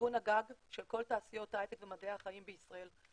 ארגון הגג של כל תעשיות ההייטק ומדעי החיים בישראל.